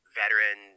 veteran